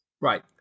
right